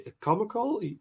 comical